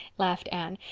laughed anne,